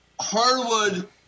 Hardwood